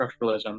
structuralism